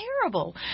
terrible